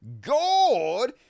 God